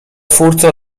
twórcy